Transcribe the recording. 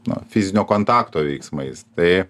na fizinio kontakto veiksmais tai